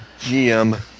GM